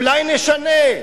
אולי נשנה,